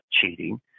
cheating